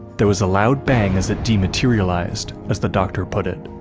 there was a loud bang as it dematerialized, as the doctor put it,